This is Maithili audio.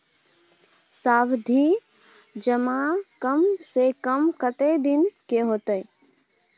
सावधि जमा कम से कम कत्ते दिन के हते?